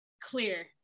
Clear